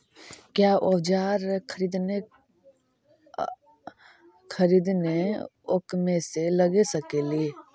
क्या ओजार खरीदने ड़ाओकमेसे लगे सकेली?